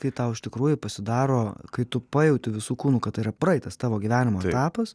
kai tau iš tikrųjų pasidaro kai tu pajauti visu kūnu kad tai yra praeitas tavo gyvenimo etapas